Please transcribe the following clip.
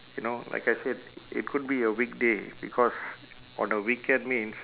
you know like I said i~ it could be a weekday because on a weekend means